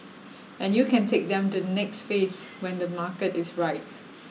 and you can take them to the next phase when the market is right